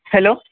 hello